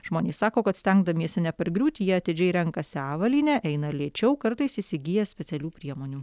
žmonės sako kad stengdamiesi nepargriūti jie atidžiai renkasi avalynę eina lėčiau kartais įsigija specialių priemonių